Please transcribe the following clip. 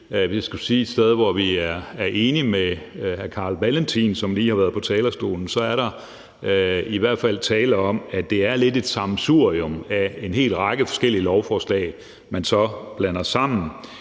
et sted, hvor vi er enige med hr. Carl Valentin, som lige har været på talerstolen, så er det i hvert fald det med, at der er tale om, at det lidt er et sammensurium af en hel række forskellige lovforslag, man så blander sammen.